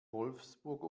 wolfsburg